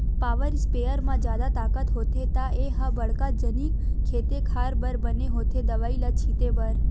power sprayer म जादा ताकत होथे त ए ह बड़का जनिक खेते खार बर बने होथे दवई ल छिते बर